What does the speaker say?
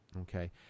okay